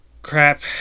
Crap